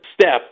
step